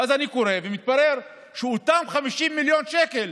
ואז אני קורא, ומתברר שאותם 50 מיליון שקל,